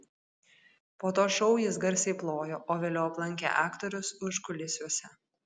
po to šou jis garsiai plojo o vėliau aplankė aktorius užkulisiuose